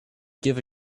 give